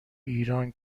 ایران